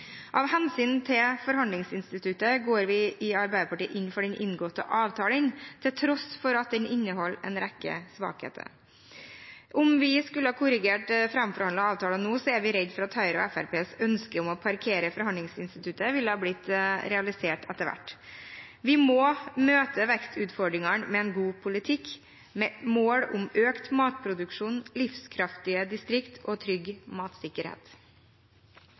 Av hensyn til forhandlingsinstituttet går vi i Arbeiderpartiet inn for den inngåtte avtalen, til tross for at den inneholder en rekke svakheter. Om vi skulle ha korrigert den framforhandlede avtalen nå, er vi redd for at Høyre og Fremskrittspartiets ønske om å parkere forhandlingsinstituttet ville blitt realisert etter hvert. Vi må møte vekstutfordringene med en god politikk, med mål om økt matproduksjon, livskraftige distrikter og matsikkerhet.